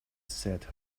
said